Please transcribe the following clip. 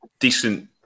Decent